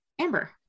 Amber